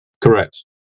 Correct